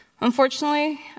Unfortunately